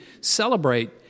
celebrate